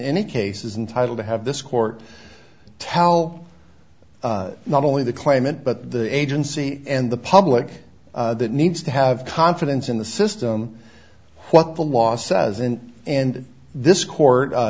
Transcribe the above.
any cases entitle to have this court tell not only the claimant but the agency and the public that needs to have confidence in the system what the law says and and this court